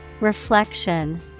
Reflection